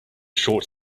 short